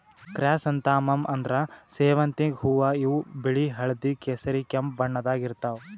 chrysanthemum ಅಂದ್ರ ಸೇವಂತಿಗ್ ಹೂವಾ ಇವ್ ಬಿಳಿ ಹಳ್ದಿ ಕೇಸರಿ ಕೆಂಪ್ ಬಣ್ಣದಾಗ್ ಇರ್ತವ್